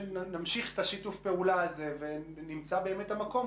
שנמשיך את שיתוף הפעולה הזה ונמצא את המקום,